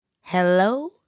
hello